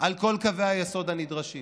על כל קווי היסוד הנדרשים.